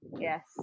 Yes